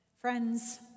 Friends